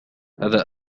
هذا